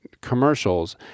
commercials